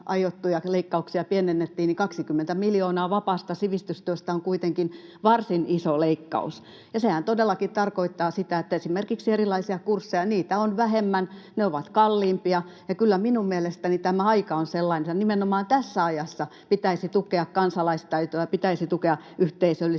aiottuja leikkauksia pienennettiin, niin 20 miljoonaa vapaasta sivistystyöstä on kuitenkin varsin iso leikkaus. Sehän todellakin tarkoittaa sitä, että esimerkiksi erilaisia kursseja on vähemmän ja ne ovat kalliimpia. Kyllä minun mielestäni tämä aika on sellainen, että nimenomaan tässä ajassa pitäisi tukea kansalaistaitoja, pitäisi tukea yhteisöllisyyttä,